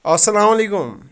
اَلسلام علیکُم